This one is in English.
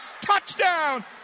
Touchdown